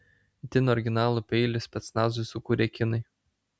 itin originalų peilį specnazui sukūrė kinai